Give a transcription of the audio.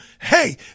hey